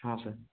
ହଁ ସାର୍